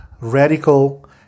radical